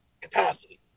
capacity